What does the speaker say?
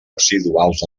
residuals